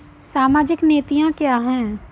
सामाजिक नीतियाँ क्या हैं?